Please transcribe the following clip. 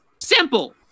simple